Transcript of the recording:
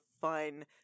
fun